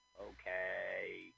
Okay